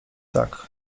tak